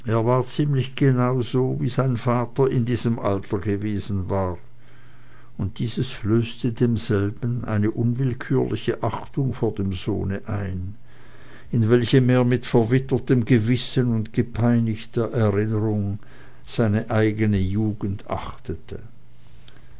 er war ziemlich genau so wie sein vater in diesem alter gewesen war und dieses flößte demselben eine unwillkürliche achtung vor dem sohne ein in welchem er mit verwirrtem gewissen und gepeinigter erinnerung seine eigene jugend achtete